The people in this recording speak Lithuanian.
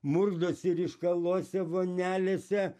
murkdosi ryškaluose vonelėse